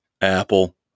Apple